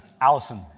Allison